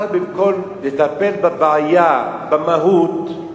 במקום לטפל בבעיה, במהות,